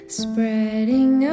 spreading